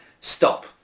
Stop